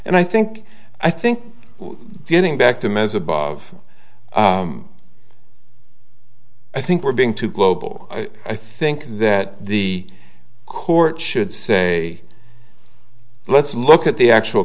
and i think i think getting back to ms above i think we're being too global i think that the court should say let's look at the actual